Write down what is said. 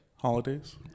Holidays